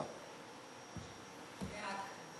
אני תמיד